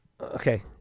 okay